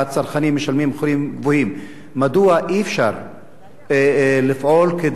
מדוע אי-אפשר לפעול כדי לשמור על איזון,